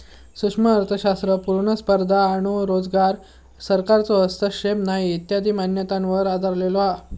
सूक्ष्म अर्थशास्त्र पुर्ण स्पर्धा आणो रोजगार, सरकारचो हस्तक्षेप नाही इत्यादी मान्यतांवर आधरलेलो हा